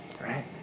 right